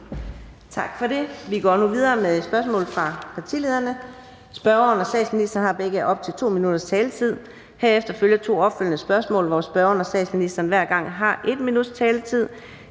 Tak for det. Vi går nu videre med spørgsmål fra partilederne. Spørgeren og statsministeren har begge op til 2 minutters taletid. Herefter følger to opfølgende spørgsmål, hvor spørgeren og statsministeren hver gang har 1 minuts taletid.